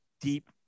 deep